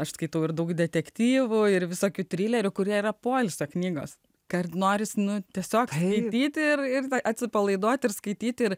aš skaitau ir daug detektyvo ir visokių trilerio kurie yra poilsio knygos kart norisi nu tiesiog bandyti ir ir atsipalaiduoti ir skaityti ir